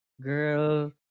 Girl